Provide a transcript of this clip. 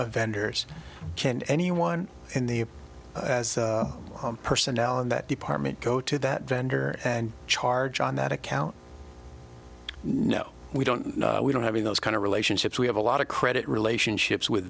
vendors can anyone in the personnel in that department go to that vendor and charge on that account no we don't we don't having those kind of relationships we have a lot of credit relationships with